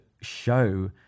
show